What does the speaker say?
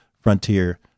Frontier